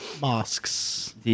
Masks